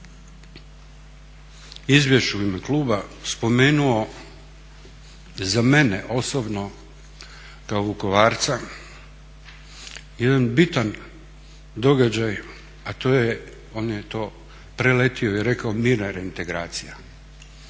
izvješću u ime kluba spomenuo za mene osobno Vukovarca jedan bitan događaj, a to je on je to preletio i rekao mirna reintegracija.